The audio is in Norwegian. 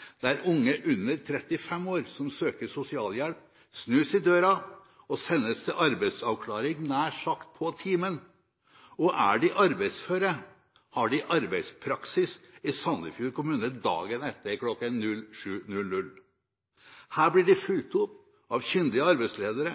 Sandefjord-modellen, der unge under 35 år som søker sosialhjelp, snus i døra og sendes til arbeidsavklaring nær sagt på timen. Og er de arbeidsføre, har de arbeidspraksis i Sandefjord kommune dagen etter kl. 07.00. Her blir de fulgt opp av kyndige arbeidsledere,